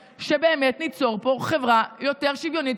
חבריי חברי הכנסת,